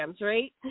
right